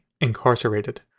incarcerated